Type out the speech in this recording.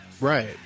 Right